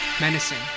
menacing